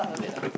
okay